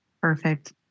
perfect